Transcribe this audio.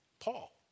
Paul